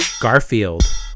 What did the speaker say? Garfield